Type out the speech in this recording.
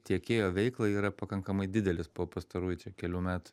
tiekėjo veiklai yra pakankamai didelis po pastarųjų čia kelių metų